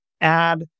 add